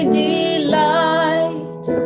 delight